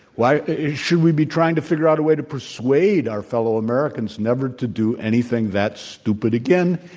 why should we be trying to figure out a way to persuade our fellow americans never to do anything that stupid again?